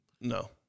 No